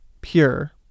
pure